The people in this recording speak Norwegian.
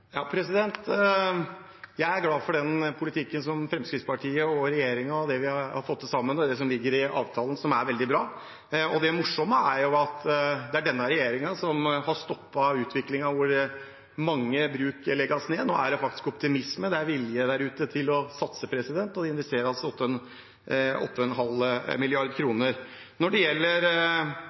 Jeg er glad for den politikken som Fremskrittspartiet og regjeringen har fått til sammen, og det som ligger i avtalen, som er veldig bra. Det morsomme er jo at det er denne regjeringen som har stoppet en utvikling hvor mange bruk legges ned. Nå er det faktisk optimisme, det er vilje der ute til å satse, og det investeres 8,5 mrd. kr. Når det gjelder lagring av matkorn, har man sagt klart og